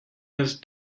his